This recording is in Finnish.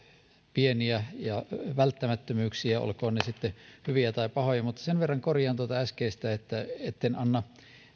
pieniä ja välttämättömyyksiä olkoot ne sitten hyviä tai pahoja mutta sen verran korjaan tuota äskeistä etten anna